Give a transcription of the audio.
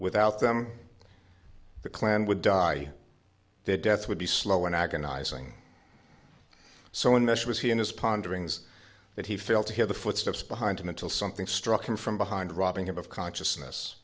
without them the clan would die their death would be slow and agonizing so in this was he in his pondering that he failed to hear the footsteps behind him until something struck him from behind robbing him of consciousness